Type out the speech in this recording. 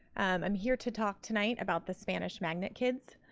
i'm here to talk tonight about the spanish magnet kids.